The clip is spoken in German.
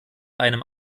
einem